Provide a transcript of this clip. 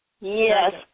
Yes